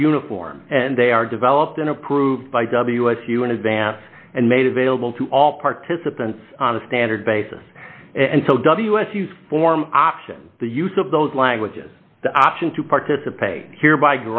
are uniform and they are developed and approved by w s u in advance and made available to all participants on a standard basis and so w s u form options the use of those languages the option to participate here by